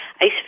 ice